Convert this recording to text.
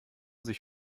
sich